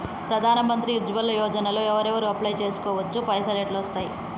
ప్రధాన మంత్రి ఉజ్వల్ యోజన లో ఎవరెవరు అప్లయ్ చేస్కోవచ్చు? పైసల్ ఎట్లస్తయి?